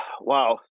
wow